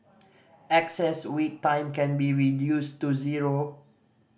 excess wait time can be reduced to zero